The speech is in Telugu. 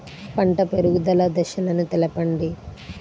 పంట పెరుగుదల దశలను తెలపండి?